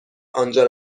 آنجا